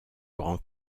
grand